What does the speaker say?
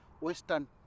Western